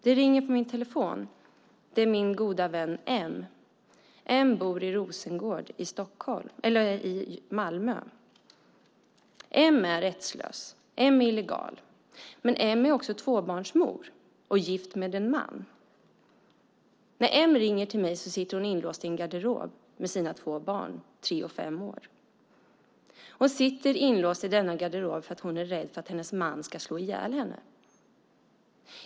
Det ringer på min telefon. Det är min goda vän M. M bor i Rosengård i Malmö. M är rättslös och illegal, men M är också tvåbarnsmor och gift med en man. När M ringer till mig sitter hon inlåst i en garderob med sina två barn, tre och fem år. Hon sitter inlåst i denna garderob därför att hon är rädd att hennes man ska slå ihjäl henne.